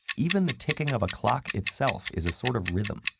even the ticking of a clock itself is a sort of rhythm.